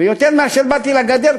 ויותר מאשר באתי לגדר,